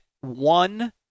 one